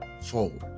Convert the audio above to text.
forward